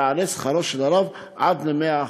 יעלה שכרו של הרב עד ל-100%,